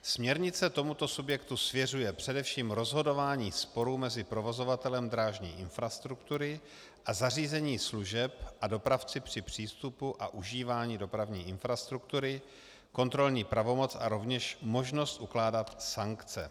Směrnice tomuto subjektu svěřuje především rozhodování sporů mezi provozovatelem drážní infrastruktury a zařízení služeb a dopravci při přístupu a užívání dopravní infrastruktury, kontrolní pravomoc a rovněž možnost ukládat sankce.